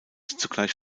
zugleich